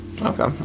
Okay